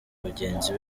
bagenzi